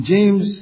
James